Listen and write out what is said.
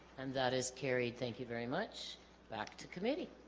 and that is carried thank you very much back to committee